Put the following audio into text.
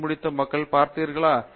D முடித்த மக்களை பார்த்தீர்களா